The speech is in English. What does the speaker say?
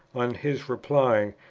on his replying,